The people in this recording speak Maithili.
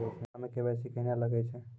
खाता मे के.वाई.सी कहिने लगय छै?